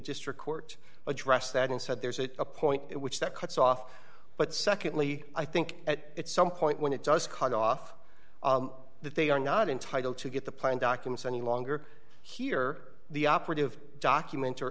district court addressed that and said there's a point at which that cuts off but secondly i think at some point when it does cut off that they are not entitled to get the planning documents any longer here the operative document